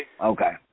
Okay